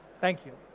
thank you.